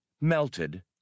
melted